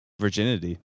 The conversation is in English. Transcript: virginity